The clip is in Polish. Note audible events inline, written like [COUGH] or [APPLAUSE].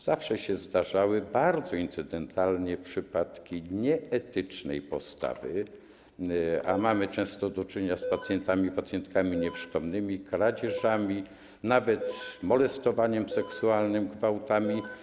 Zawsze się zdarzały, bardzo incydentalnie, przypadki nieetycznej postawy, [NOISE] a mamy często do czynienia z pacjentami, pacjentkami nieprzytomnymi, kradzieżami, nawet molestowaniem seksualnym, gwałtami.